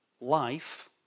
life